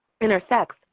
intersects